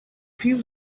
few